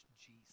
Jesus